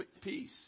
peace